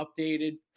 updated